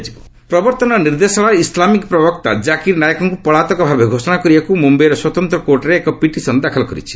ED Zakir Naik ପ୍ରବର୍ତ୍ତନ ନିର୍ଦ୍ଦେଶାଳୟ Islamic ପ୍ରବକ୍ତା ଜାକିର ନାୟକଙ୍କୁ ପଳାତକ ଭାବେ ଘୋଷଣା କରିବାକୁ ମୁମ୍ବାଇର ସ୍ୱତନ୍ତ୍ର କୋର୍ଟରେ ଏକ ପିଟିସନ୍ ଦାଖଲ କରିଛନ୍ତି